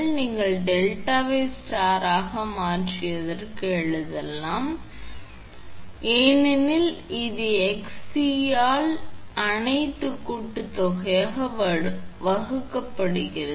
எனவே நீங்கள் டெல்டாவை ஸ்டாராக மாற்றத்திற்கு எழுதலாம் என்று அர்த்தம் போது 𝑋𝑐0 இந்த 2 பொருட்களின் தயாரிப்புக்கு சமம் அது உங்கள் 𝑋𝑐